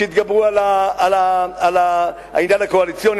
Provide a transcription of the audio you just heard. שיתגברו על העניין הקואליציוני,